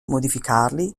modificarli